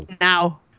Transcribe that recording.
now